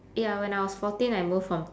ya when I was fourteen I moved from